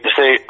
say